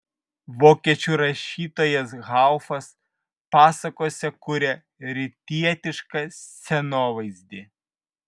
vokiečių rašytojas haufas pasakose kuria rytietišką scenovaizdį